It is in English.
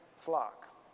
flock